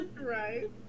Right